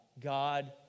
God